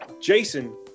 Jason